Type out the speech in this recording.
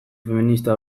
feminista